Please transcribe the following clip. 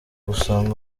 gusanga